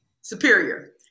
superior